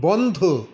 বন্ধ